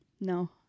No